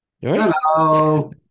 Hello